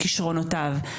כישרונותיו,